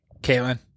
Caitlin